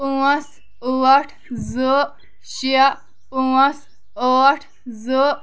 پٲنٛژھ ٲٹھ زٕ شےٚ پٲنٛژھ ٲٹھ زٕ